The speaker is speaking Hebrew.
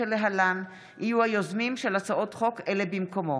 שלהלן יהיו היוזמים של הצעות חוק אלה במקומו: